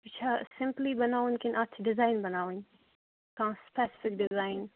یہِ چھا سِمپلٕے بَناوُن کِنہٕ اَتھ چھِ ڈِزایِن بَناوٕنۍ کانٛہہ سٕپیٚسفِک ڈِزایِن